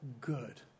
good